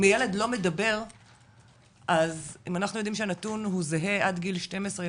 אם ילד לא מדבר אז אם אנחנו יודעים שהנתון הוא זהה עד גיל 12,